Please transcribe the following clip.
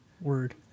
Word